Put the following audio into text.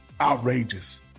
outrageous